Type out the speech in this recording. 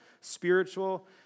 spiritual